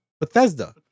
Bethesda